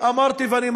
אמרתי ואני מדגיש,